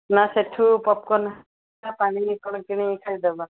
ନା ସେଠୁ ପପ୍କର୍ନ୍ ପାଣି ବୋତଲ୍ କିଣିକି ଖାଇଦବା